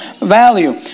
value